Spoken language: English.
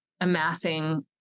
amassing